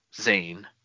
Zane